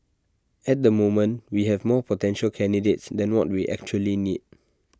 at the moment we have more potential candidates than what we actually need